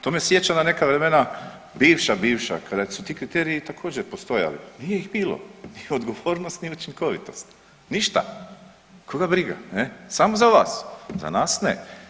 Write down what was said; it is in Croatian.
To me sjeća na neka vremena bivša, bivša kada su ti kriteriji također postojali, nije ih bilo ni odgovornosti ni učinkovitosti, ništa, koga briga, ne samo za vas, za nas ne.